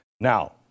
Now